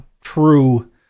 true